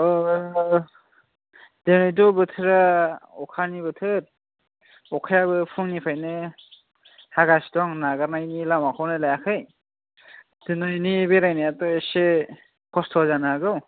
अ दिनैथ' बोथोरा अखानि बोथोर अखायाबो फुंनिफ्रायनो हागासिनो दं नागारनायनि लामाखौनो लायाखै दिनैनि बेरायनायाथ' एसे खस्थ' जानो हागौ